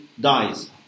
dies